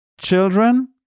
Children